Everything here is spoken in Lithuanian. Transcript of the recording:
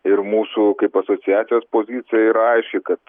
ir mūsų kaip asociacijos pozicija yra aiški kad